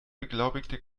beglaubigte